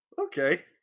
Okay